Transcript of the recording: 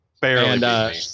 Barely